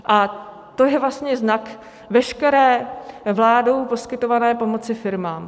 A to je vlastně znak veškeré vládou poskytované pomoci firmám.